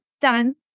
done